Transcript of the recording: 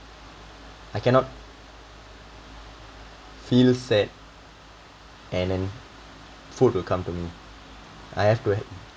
I cannot feel sad and food will come to me I have to